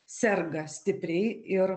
serga stipriai ir